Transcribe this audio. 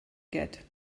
get